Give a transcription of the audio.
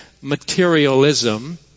materialism